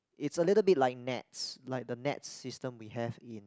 it's a little bit like Nets like the Nets system we have in